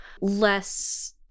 less